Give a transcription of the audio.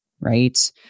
right